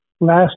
last